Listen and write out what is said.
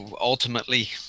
ultimately